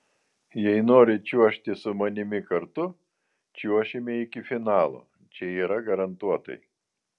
jei nori čiuožti su manimi kartu čiuošime iki finalo čia yra garantuotai